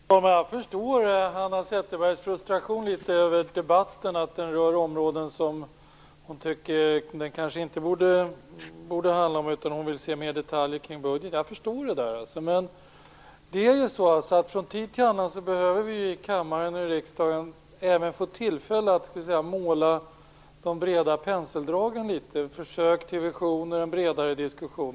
Fru talman! Jag förstår Hanna Zetterbergs frustration över debatten. Den rör områden som hon inte tycker att den borde handla om. Hon vill se mer detaljer kring budgeten. Jag förstår det. Men från tid till annan behöver vi i kammaren och i riksdagen även få tillfälle att måla de breda penseldragen - att göra ett försök till visioner och en bredare diskussion.